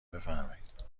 بفرمایید